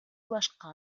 башка